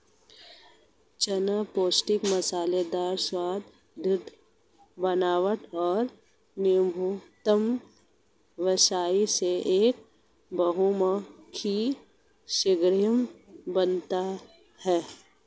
चना पौष्टिक मलाईदार स्वाद, दृढ़ बनावट और न्यूनतम वसा इसे एक बहुमुखी सामग्री बनाते है